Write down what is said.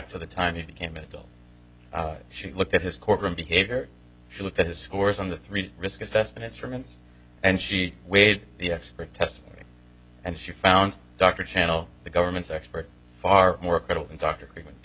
to the time he became an adult she looked at his courtroom behavior she looked at his scores on the three risk assessment instruments and she weighed the expert testimony and she found dr channel the government's expert far more credible than dr